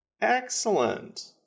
Excellent